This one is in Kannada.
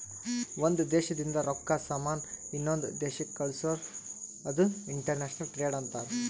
ಒಂದ್ ದೇಶದಿಂದ್ ರೊಕ್ಕಾ, ಸಾಮಾನ್ ಇನ್ನೊಂದು ದೇಶಕ್ ಕಳ್ಸುರ್ ಅದು ಇಂಟರ್ನ್ಯಾಷನಲ್ ಟ್ರೇಡ್ ಅಂತಾರ್